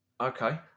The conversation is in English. okay